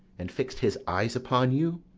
and fix'd his eyes upon you?